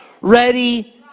ready